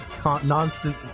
constant